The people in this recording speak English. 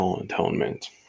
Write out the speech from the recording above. atonement